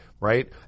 right